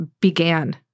began